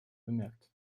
bemerkt